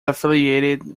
affiliated